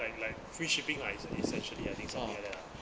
like like free shipping lah is essentially I think something like that ah